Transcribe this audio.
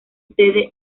sede